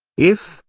if,